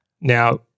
Now